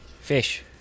fish